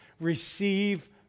receive